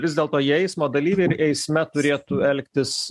vis dėlto jie eismo dalyviai ir eisme turėtų elgtis